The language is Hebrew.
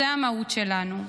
זו המהות שלנו.